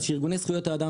אז שארגוני זכויות האדם